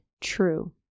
true